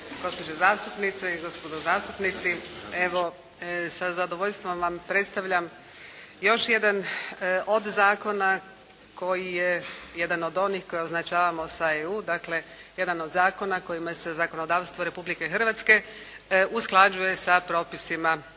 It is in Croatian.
gospođe zastupnice i gospodo zastupnici. Evo sa zadovoljstvom vam predstavljam još jedan od zakona koji je jedan od onih koji označavamo sa E.U., dakle jedan od zakona kojima se zakonodavstvo Republike Hrvatske usklađuje sa propisima